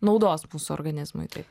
naudos mūsų organizmui taip